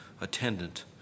attendant